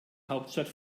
hauptstadt